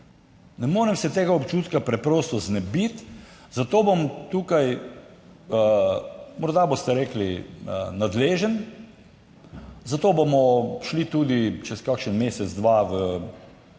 Ne morem se tega občutka preprosto znebiti, zato bom tukaj, morda boste rekli, nadležen, zato bomo šli tudi čez kakšen mesec, dva v, če